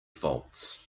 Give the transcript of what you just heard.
faults